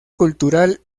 cultural